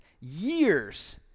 years